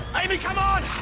amy, come on!